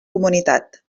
comunitat